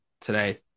today